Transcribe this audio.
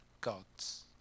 gods